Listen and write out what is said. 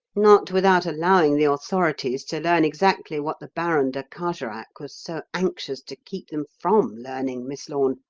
not without allowing the authorities to learn exactly what the baron de carjorac was so anxious to keep them from learning, miss lorne.